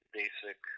basic